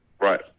Right